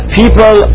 people